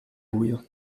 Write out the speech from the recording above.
buio